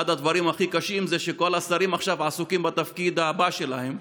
אחד הדברים הכי קשים הוא שכל השרים עכשיו עסוקים בתפקיד הבא שלהם,